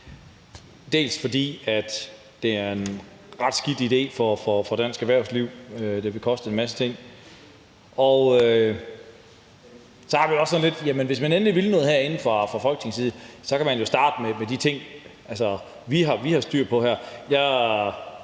fordi det er en ret skidt idé for dansk erhvervsliv. Det vil koste en masse ting. Og så har vi det også sådan lidt, at hvis man endelig vil noget herinde fra Folketingets side, kan man jo starte med de ting, vi har styr på her.